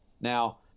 Now